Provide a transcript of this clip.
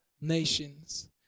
nations